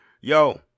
yo